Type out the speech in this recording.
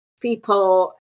people